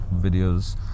videos